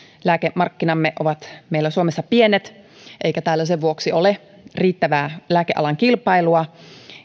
lääkemarkkinamme ovat meillä suomessa pienet eikä täällä sen vuoksi ole riittävää lääkealan kilpailua